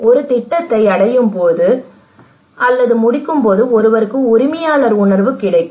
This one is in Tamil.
ஒரு திட்டத்தை அடையும்போது அல்லது முடிக்கும்போது ஒருவருக்கு உரிமையாளர் உணர்வு கிடைக்கும்